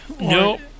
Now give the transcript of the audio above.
no